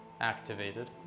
activated